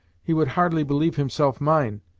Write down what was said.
he would hardly believe himself mine.